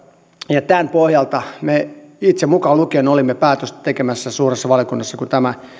ja tämän pohjalta me itseni mukaan lukien olimme päätöstä tekemässä suuressa valiokunnassa kun tämä